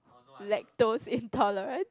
lactose intolerant